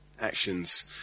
actions